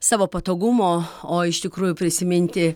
savo patogumo o iš tikrųjų prisiminti